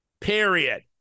Period